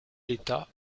l’état